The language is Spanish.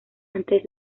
antes